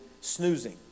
snoozing